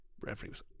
referees